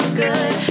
good